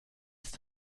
ist